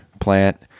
plant